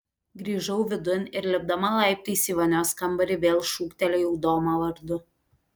grįžau vidun ir lipdama laiptais į vonios kambarį vėl šūktelėjau domą vardu